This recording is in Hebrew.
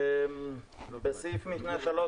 התשס"ט-2009,